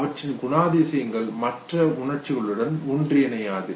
அவற்றின் குணாதிசயங்கள் மற்ற உணர்ச்சிகளுடன் ஒன்றிணையாது